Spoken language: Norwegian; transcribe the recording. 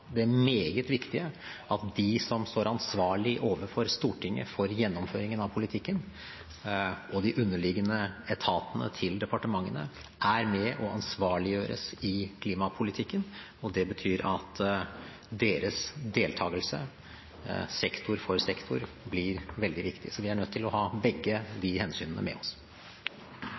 Det andre og meget viktige er at de som står ansvarlig overfor Stortinget for gjennomføringen av politikken, og de underliggende etatene til departementene, er med og blir ansvarliggjort i klimapolitikken, og det betyr at deres deltakelse, sektor for sektor, blir veldig viktig. Vi er nødt til å ha begge de hensynene med oss.